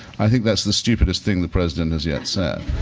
i think that's the stupidest thing the president has yet said.